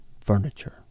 furniture